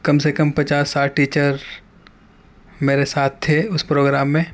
کم سے کم پچاس ساٹھ ٹیچر ہمارے ساتھ تھے اس پروگرام میں